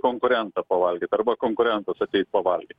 konkurentą pavalgyt arba konkurentas ateit pavalgyt